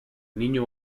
niño